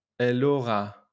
Elora